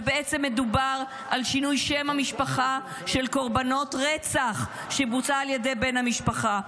ובעצם מדובר על שינוי שם המשפחה של קורבנות רצח שבוצע על ידי בן המשפחה.